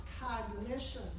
cognition